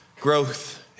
growth